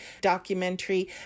documentary